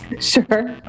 Sure